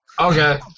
Okay